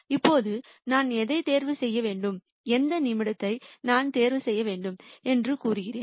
இப்போது நான் எதை தேர்வு செய்ய வேண்டும் எந்த நிமிடத்தை நான் தேர்வு செய்ய வேண்டும் என்று கூறுகிறேன்